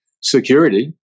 security